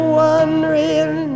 wondering